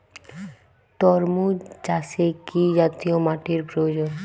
তরমুজ চাষে কি জাতীয় মাটির প্রয়োজন?